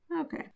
Okay